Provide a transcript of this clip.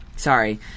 Sorry